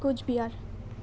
Cooch Behar